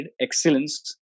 excellence